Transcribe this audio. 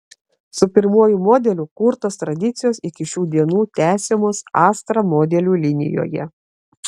su pirmuoju modeliu kurtos tradicijos iki šių dienų tęsiamos astra modelių linijoje